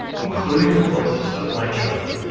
including the voices of my children